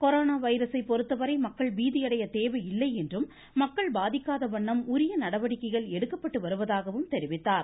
corona வைரசை பொறுத்தவரை மக்கள் பீதியடையத் தேவையில்லை என்றும் மக்கள் பாதிக்காத வண்ணம் உரிய நடவடிக்கைகள் எடுக்கப்பட்டு வருவதாகவும் அவர் தெரிவித்தார்